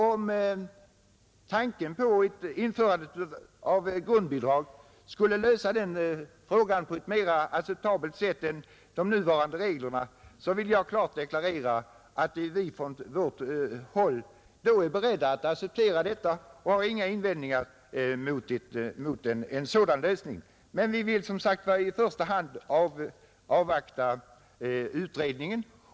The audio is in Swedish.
Om införandet av ett grundbidrag skulle lösa det problemet på ett mer acceptabelt sätt än de nuvarande reglerna, har vi från vårt håll — det vill jag klart deklarera — inte några invändningar mot en sådan lösning utan är beredda att acceptera den. Men vi vill som sagt i första hand avvakta utredningens resultat.